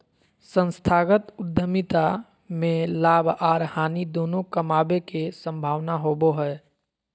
संस्थागत उद्यमिता में लाभ आर हानि दोनों कमाबे के संभावना होबो हय